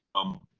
um.